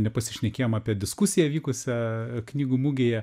nepasišnekėjom apie diskusiją vykusią knygų mugėje